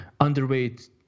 underweight